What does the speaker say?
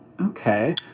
Okay